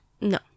No